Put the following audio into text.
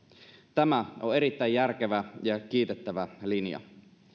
tämä on erittäin järkevä ja kiitettävä linja